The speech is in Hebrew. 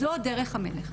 זו דרך המלך.